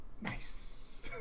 nice